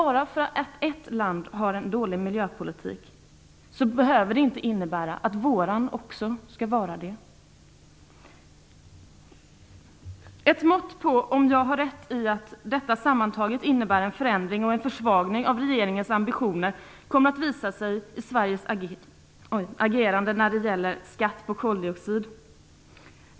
Bara för att ett land har en dålig miljöpolitik behöver det inte innebära att vår också skall vara det. Ett mått på om jag har rätt i att detta sammantaget innebär en förändring och en försvagning av regeringens ambitioner kommer att visa sig i Sveriges agerande när det gäller skatt på koldioxid.